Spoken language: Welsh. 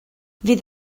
fydd